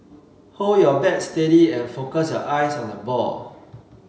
hold your bat steady and focus your eyes on the ball